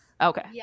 Okay